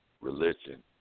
religion